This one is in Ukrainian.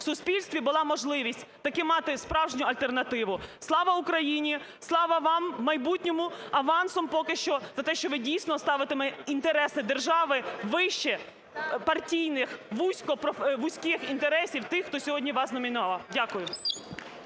в суспільстві була можливість таки мати справжню альтернативу. Слава Україні! Слава вам в майбутньому, авансом поки що, за те, що ви дійсно ставитиме інтереси держави вище партійних вузьких інтересів тих, хто сьогодні вас номінував. Дякую.